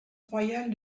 royal